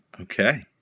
Okay